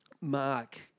Mark